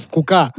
Kuka